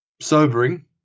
sobering